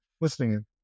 listening